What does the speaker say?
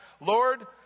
Lord